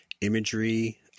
imagery